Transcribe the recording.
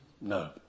No